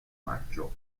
maggio